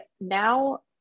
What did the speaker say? now